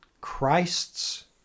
Christ's